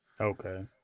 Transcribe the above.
Okay